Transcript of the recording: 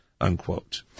unquote